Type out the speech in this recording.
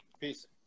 Peace